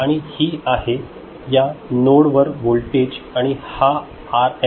आणि ही आहे या नोड वर होल्टेज आणि हा आर एल